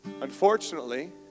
Unfortunately